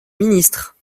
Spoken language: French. ministre